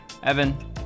Evan